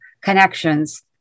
connections